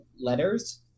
letters